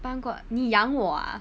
搬过你养我 ah